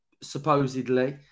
supposedly